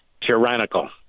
tyrannical